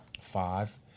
five